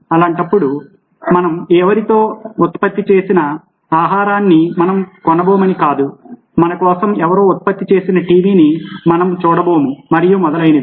అలాంటప్పుడు మనం ఎవరో ఉత్పత్తి చేసిన ఆహారాన్ని మనం కొనబోమని కాదు మన కోసం ఎవరో ఉత్పత్తి చేసిన టీవీని మనం చూడబోము మరియు మొదలైనవి